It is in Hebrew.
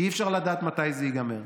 כי אי-אפשר לדעת מתי זה ייגמר,